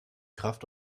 kraft